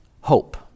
hope